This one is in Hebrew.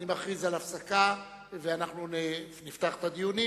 אני מכריז על הפסקה ואנחנו נפתח את הדיונים